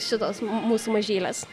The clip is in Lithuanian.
šitos mūsų mažylės